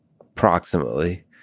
approximately